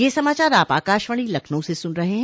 ब्रे क यह समाचार आप आकाशवाणी लखनऊ से सुन रहे हैं